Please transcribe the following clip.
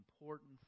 important